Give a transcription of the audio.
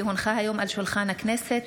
כי הונחה היום על שולחן הכנסת,